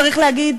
צריך להגיד,